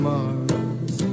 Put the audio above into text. Mars